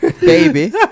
Baby